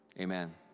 amen